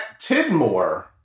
Tidmore